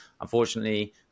Unfortunately